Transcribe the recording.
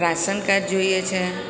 ration card જોઈએ છે